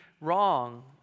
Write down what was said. wrong